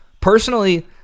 Personally